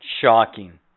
Shocking